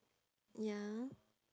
ya